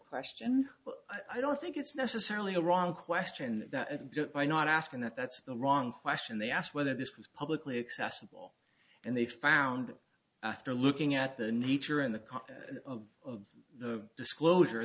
question but i don't think it's necessarily a wrong question that just by not asking that that's the wrong question they asked whether this was publicly accessible and they found after looking at the nature in the copy of the disclosure